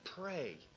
pray